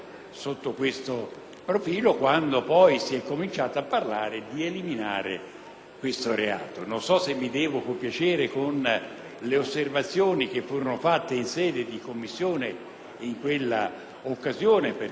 Non so se mi devo compiacere con le osservazioni che furono fatte in sede di Commissione in quella occasione, perché non c'erano solo i processi da compiere, ma ci sarebbero state anche le carceri da costruire